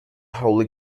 holy